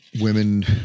women